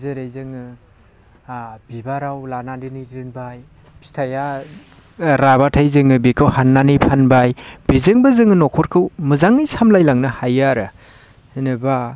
जेरै जोङो बिबाराव लानानै दोनबाय फिथाइआ राब्लाथाय जोङो बिखौ हाननानै फानबाय बिजोंबो जों न'खरखौ मोजाङै सामलायलांनो हायो आरो जेनेबा